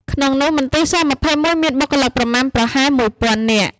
ក្នុងនោះ មន្ទីរស-២១ មានបុគ្គលិកប្រមាណប្រហែល មួយពាន់នាក់។